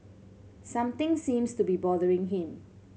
something seems to be bothering him